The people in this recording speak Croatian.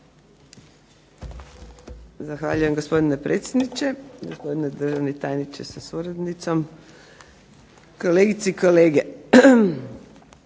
Hvala.